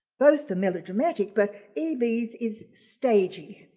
both are melodramatic, but e b's is stagey,